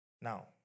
Now